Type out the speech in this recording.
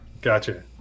gotcha